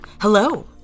hello